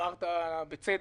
אמרת בצדק,